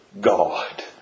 God